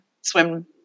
swim